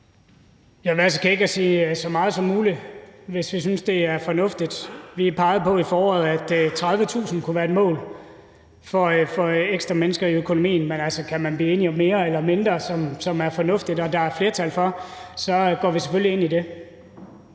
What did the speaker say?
Jeg vil være så kæk at sige: så meget som muligt, hvis vi synes, det er fornuftigt. Vi pegede i foråret på, at 30.000 kunne være et mål for ekstra mennesker i økonomien. Men kan man blive enige om mere eller mindre, som er fornuftigt og der er flertal for, så går vi selvfølgelig ind i det.